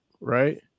right